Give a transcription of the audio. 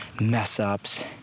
mess-ups